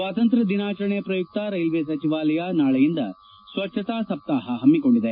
ಸ್ವಾತಂತ್ರ್ಯ ದಿನಾಚರಣೆ ಪ್ರಯುಕ್ತ ರೈಲ್ವೆ ಸಚವಾಲಯ ನಾಳೆಯಿಂದ ಸ್ವಚ್ಛತಾ ಸಪ್ತಾಪ ಪಮ್ಮಿಕೊಂಡಿದೆ